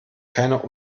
keiner